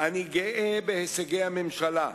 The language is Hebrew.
אני גאה בהישגי הממשלה,